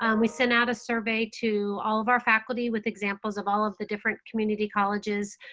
um we sent out a survey to all of our faculty with examples of all of the different community colleges.